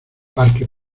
parque